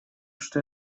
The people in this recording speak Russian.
что